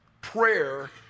prayer